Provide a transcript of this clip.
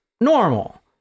normal